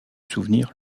souvenir